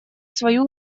свою